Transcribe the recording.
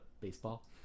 baseball